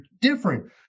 different